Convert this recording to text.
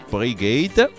Brigade